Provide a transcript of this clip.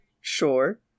Sure